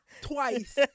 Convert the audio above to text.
twice